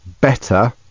better